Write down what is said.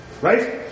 Right